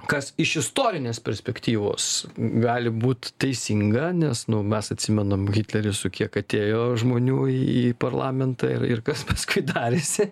kas iš istorinės perspektyvos gali būt teisinga nes nu mes atsimename hitlerį su kiek atėjo žmonių į parlamentą ir ir kas paskui darėsi